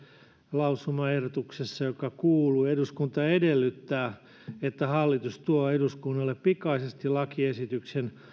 lausumaehdotuksessa joka kuuluu eduskunta edellyttää että hallitus tuo eduskunnalle pikaisesti lakiesityksen